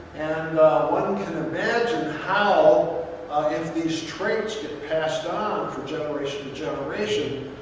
and one can imagine how if these traits get passed on from generation to generation,